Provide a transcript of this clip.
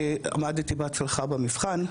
ועמדתי בהצלחה במבחן.